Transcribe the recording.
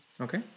Okay